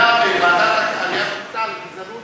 היה בוועדת העלייה והקליטה על גזענות